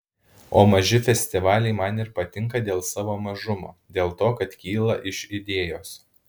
o maži festivaliai man ir patinka dėl savo mažumo dėl to kad kyla iš idėjos